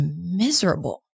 miserable